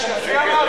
תודה רבה.